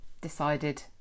decided